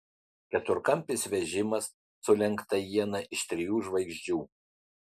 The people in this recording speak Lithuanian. keturkampis vežimas su lenkta iena iš trijų žvaigždžių